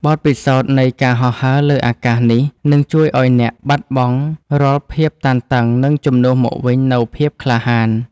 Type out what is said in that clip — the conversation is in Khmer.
បទពិសោធន៍នៃការហោះហើរលើអាកាសនេះ នឹងជួយឱ្យអ្នកបាត់បង់រាល់ភាពតានតឹង និងជំនួសមកវិញនូវភាពក្លាហាន។